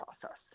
process